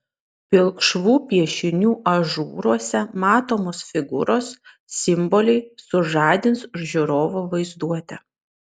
pilkšvų piešinių ažūruose matomos figūros simboliai sužadins žiūrovo vaizduotę